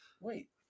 wait